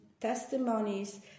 testimonies